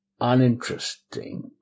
uninteresting